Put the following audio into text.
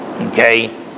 okay